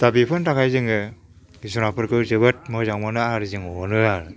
दा बेफोरनि थाखाय जोङो जुनारफोरखौ जोबोद मोजां मोनो आरो जों अनो आरो